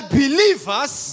believers